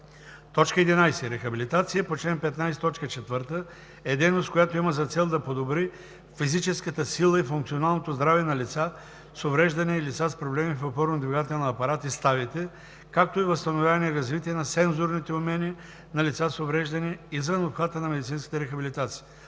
11. „Рехабилитация“ по чл. 15, т. 4 е дейност, която има за цел да подобри физическата сила и функционалното здраве на лица с увреждания и лица с проблеми в опорно-двигателния апарат и ставите, както и възстановяване и развитие на сензорните умения на лица с увреждания, извън обхвата на медицинската рехабилитация.